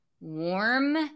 warm